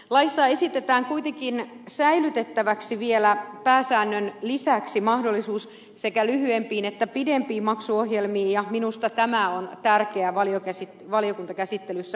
laissa esitetään kuitenkin säilytettäväksi vielä pääsäännön lisäksi mahdollisuus sekä lyhyempiin että pidempiin maksuohjelmiin ja minusta tämä on tärkeää valiokuntakäsittelyssä muistaa